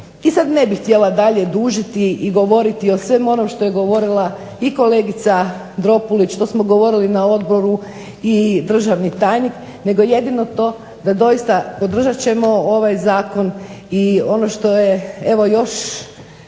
I sad ne bih htjela dalje dužiti i govoriti o svemu onom što je govorila i kolegica Dropulić, što smo govorili na odboru i državni tajnik nego jedino to da doista podržat ćemo ovaj zakon. I ono što je evo još